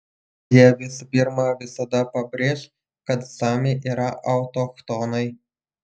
jie visų pirma visada pabrėš kad samiai yra autochtonai